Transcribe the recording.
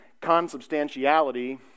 consubstantiality